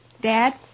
Dad